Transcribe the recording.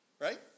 Right